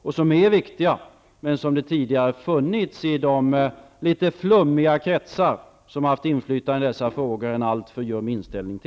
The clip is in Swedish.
De är viktiga, men det har funnits en alltför ljum inställning till dem i de litet flummiga kretsar som haft inflytande i dessa frågor.